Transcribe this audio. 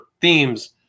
themes